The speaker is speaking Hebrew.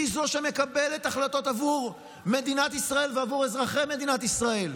היא שמקבלת החלטות בעבור מדינת ישראל ובעבור אזרחי מדינת ישראל,